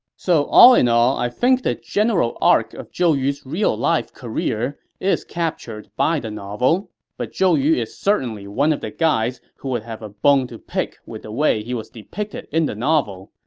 so all in all, i think the general arc of zhou yu's real-life career is captured by the novel, but zhou yu is certainly one of the guys who would have a bone to pick with the way he was depicted in the novel.